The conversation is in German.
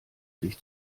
sich